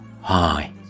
Hi